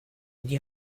die